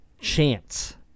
chance